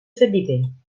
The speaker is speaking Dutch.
verdieping